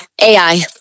AI